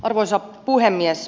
arvoisa puhemies